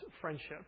friendship